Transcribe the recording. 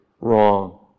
wrong